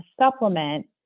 supplement